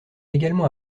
également